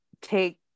take